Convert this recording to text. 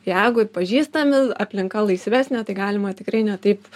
jeigu pažįstami aplinka laisvesnė tai galima tikrai ne taip